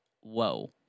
whoa